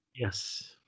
Yes